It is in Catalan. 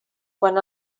quan